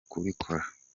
kubikora